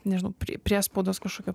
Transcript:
nežinau priespaudos kažkokio